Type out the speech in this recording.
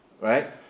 right